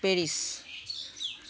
Paris